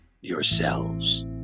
yourselves